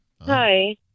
Hi